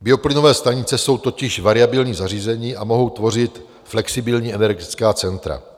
Bioplynové stanice jsou totiž variabilní zařízení a mohou tvořit flexibilní energetická centra.